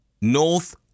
North